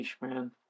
man